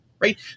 right